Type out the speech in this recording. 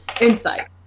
Insight